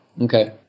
Okay